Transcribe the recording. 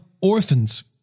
orphans